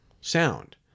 sound